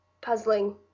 puzzling